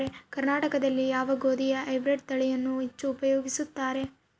ಕರ್ನಾಟಕದಲ್ಲಿ ಯಾವ ಗೋಧಿಯ ಹೈಬ್ರಿಡ್ ತಳಿಯನ್ನು ಹೆಚ್ಚು ಉಪಯೋಗಿಸುತ್ತಾರೆ?